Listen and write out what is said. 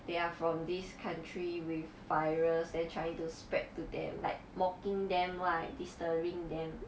they are from this country with virus and trying to spread to them like mocking them like disturbing them